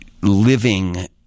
living